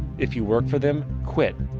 if you work for them, quit.